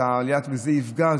זה יפגע,